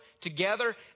together